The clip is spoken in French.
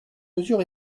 mesure